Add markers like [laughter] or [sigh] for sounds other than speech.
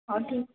[unintelligible]